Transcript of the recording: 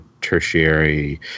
tertiary